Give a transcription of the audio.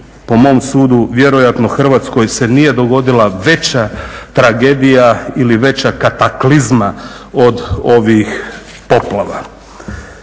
po mom sudu vjerojatno Hrvatskoj se nije dogodila veća tragedija ili veća kataklizma od ovih poplava.